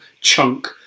chunk